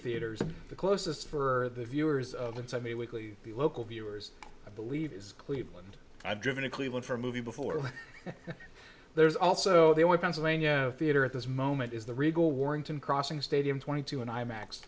feeders the closest for the viewers of inside me weekly the local viewers i believe is cleveland i've driven in cleveland for a movie before there's also the only pennsylvania theater at this moment is the regal warrington crossing stadium twenty two and ima